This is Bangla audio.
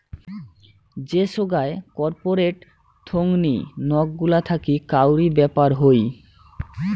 যে সোগায় কর্পোরেট থোঙনি নক গুলা থাকি কাউরি ব্যাপার হই